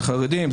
זה חרדים,